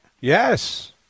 Yes